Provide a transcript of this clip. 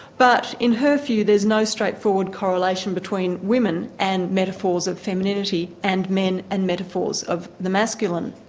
but in her view there's no straightforward correlation between women and metaphors of femininity, and men and metaphors of the masculine.